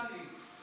כיסאות מוזיקליים.